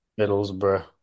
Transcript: Middlesbrough